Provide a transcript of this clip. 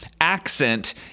accent